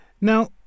Now